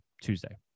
Tuesday